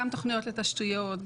גם תוכניות לתשתיות,